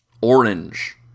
Orange